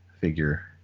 figure